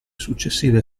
successive